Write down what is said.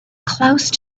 close